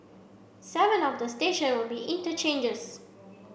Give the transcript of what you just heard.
seven of the station will be interchanges